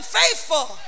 faithful